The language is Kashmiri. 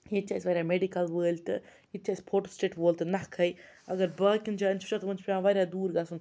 ییٚتہِ چھِ اَسہِ واریاہ میٚڈِکل وٲلۍ تہٕ ییٚتہِ چھِ اَسہِ فوٹوسِٹیٹ وول تہٕ نَکھَے اگر باقِیَن جایَن چھِ وٕچھان تِمَن چھُ پٮ۪وان واریاہ دوٗر گژھُن